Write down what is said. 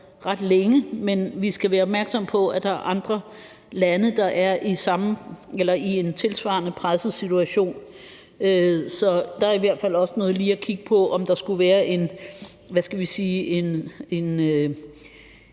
ret længe, men vi skal være opmærksomme på, at der er andre lande, der er i en tilsvarende presset situation. Der er i hvert fald også noget lige at kigge på, altså om man skulle, hvad kan